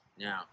Now